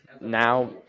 now